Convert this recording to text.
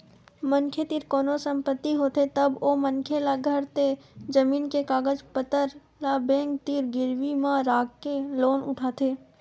मनखे तीर कोनो संपत्ति होथे तब ओ मनखे ल घर ते जमीन के कागज पतर ल बेंक तीर गिरवी म राखके लोन उठाथे